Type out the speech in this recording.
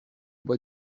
bas